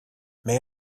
may